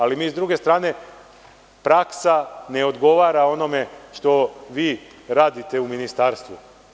Ali, s druge strane, praksa ne odgovara onome što vi radite u ministarstvu.